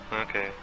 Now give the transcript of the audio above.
Okay